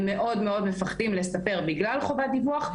הם מאוד מאוד מפחדים לספר בגלל חובת דיווח.